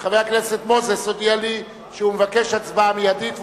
חבר הכנסת מוזס הודיע לי שהוא מבקש הצבעה מיידית.